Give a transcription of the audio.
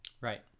Right